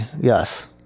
yes